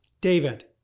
David